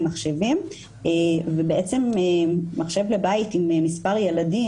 מחשבים ובעצם מחשב אחד בבית עם יותר מילד אחד